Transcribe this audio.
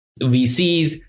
VCs